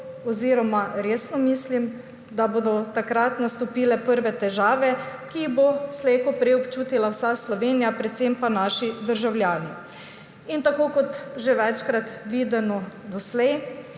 oziroma resno mislim, da bodo takrat nastopile prve težave, ki jih bo slej ko prej občutila vsa Slovenija, predvsem pa naši državljani. Tako kot že večkrat videno doslej,